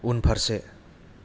उनफारसे